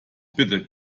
bitte